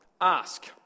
ask